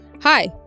Hi